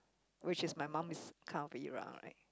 which is my mum's kind of era right